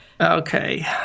Okay